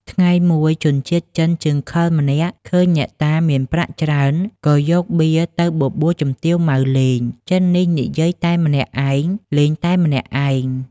ថ្ងៃមួយ ជនជាតិចិនជើងខិលម្នាក់ ឃើញអ្នកតាមានប្រាក់ច្រើន ក៏យកបៀទៅបបួលជំទាវ ម៉ៅ លេង ចិននេះនិយាយតែម្នាក់ឯង លេងតែម្នាក់ឯង ។